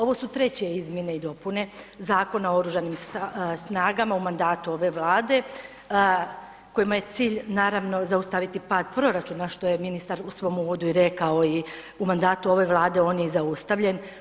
Ovo su treće izmjene i dopune Zakona o Oružanim snagama u mandatu ove Vlade kojima je cilj, naravno zaustaviti pad proračuna, što je ministar u svom uvodu i rekao i u mandatu ove Vlade on je i zaustavljen.